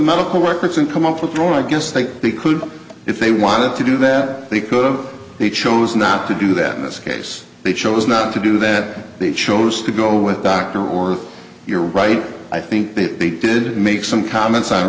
medical records and come up with roy i guess they could if they wanted to do that they could of they chose not to do that in this case they chose not to do that they chose to go with doctor or you're right i think that they did make some comments on